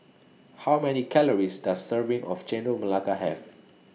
How Many Calories Does Serving of Chendol Melaka Have